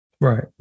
right